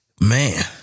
Man